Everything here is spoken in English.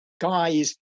guys